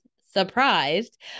surprised